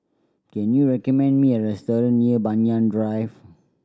can you recommend me a restaurant near Banyan Drive